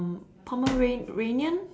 Pomeranian